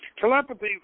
Telepathy